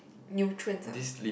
nutrients ah